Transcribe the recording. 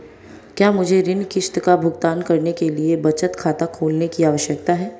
क्या मुझे ऋण किश्त का भुगतान करने के लिए बचत खाता खोलने की आवश्यकता है?